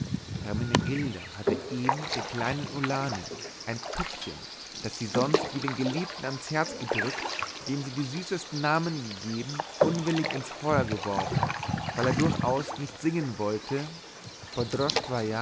hermenegilda hatte eben den kleinen ulanen ein püppchen das sie sonst wie den geliebten ans herz gedrückt dem sie die süßesten namen gegeben unwillig ins feuer geworfen weil er durchaus nicht singen wollte